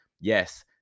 yes